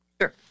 Sure